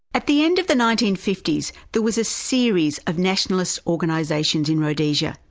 at the end of the nineteen fifty s there was a series of nationalist organisations in rhodesia,